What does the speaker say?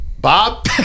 Bob